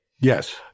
Yes